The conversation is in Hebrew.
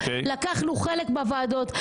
לקחנו חלק בוועדות,